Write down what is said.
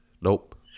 Nope